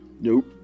Nope